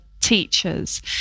teachers